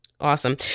Awesome